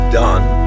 done